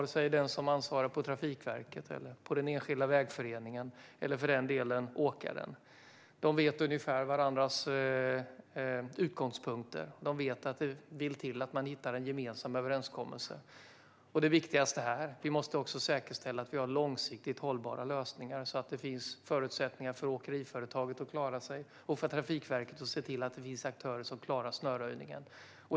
Den som ansvarar på Trafikverket, i den enskilda vägföreningen eller för den delen åkaren vet ungefär varandras utgångspunkter och att det vill till att man hittar en gemensam överenskommelse. Det viktigaste är att vi måste säkerställa att vi har långsiktigt hållbara lösningar, så att det finns förutsättningar för åkeriföretagen att klara sig och för Trafikverket att det finns aktörer som klarar snöröjningen.